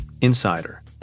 insider